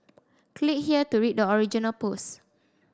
click here to read the original post